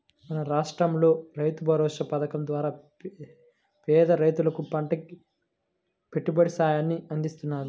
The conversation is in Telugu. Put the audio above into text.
మన రాష్టంలో రైతుభరోసా పథకం ద్వారా పేద రైతులకు పంటకి పెట్టుబడి సాయాన్ని అందిత్తన్నారు